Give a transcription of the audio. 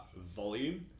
volume